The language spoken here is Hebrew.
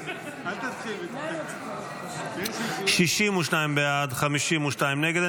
62 בעד, 52 נגד.